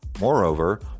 Moreover